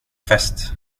fest